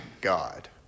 God